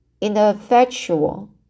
ineffectual